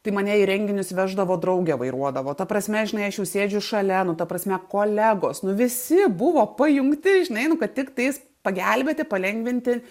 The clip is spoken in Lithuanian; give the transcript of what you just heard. tai mane į renginius veždavo draugė vairuodavo ta prasme žinai aš jau sėdžiu šalia nu ta prasme kolegos nu visi buvo pajungti žinai nu kad tiktais pagelbėti palengvinti